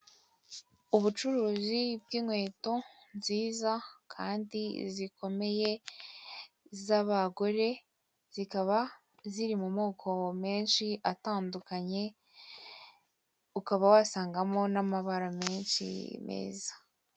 Ubucuruzi bw'inkweto nziza kandi zikomeye z'abagore zikaba ziri mu moko menshi atandukanye, ukaba wasangamo n'amabara menshi meza.